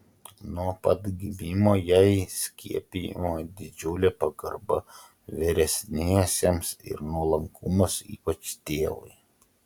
nuo pat gimimo jai skiepijama didžiulė pagarba vyresniesiems ir nuolankumas ypač tėvui